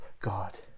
God